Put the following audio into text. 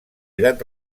eren